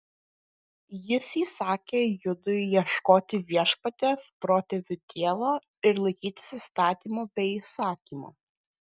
jis įsakė judui ieškoti viešpaties protėvių dievo ir laikytis įstatymo bei įsakymo